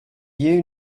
you